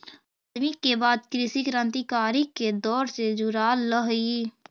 आज़ादी के बाद कृषि क्रन्तिकारी के दौर से गुज़ारलई